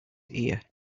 ear